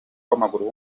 w’amaguru